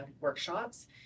workshops